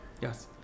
Yes